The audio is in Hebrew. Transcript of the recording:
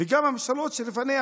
וגם בממשלות שלפניה